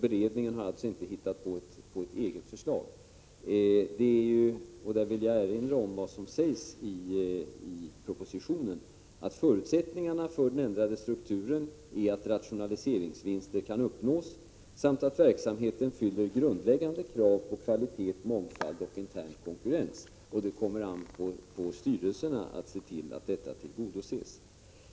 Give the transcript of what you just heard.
Beredningen har alltså inte hittat på ett eget förslag. Jag vill erinra om vad som sägs i propositionen, nämligen att förutsättningarna för den ändrade strukturen är att rationalliseringsvinster kan uppnås samt att verksamheten uppfyller grundläggande krav på kvalitet, mångfald och intern konkurrens. Det kommer an på styrelserna att se till att detta tillgodoses.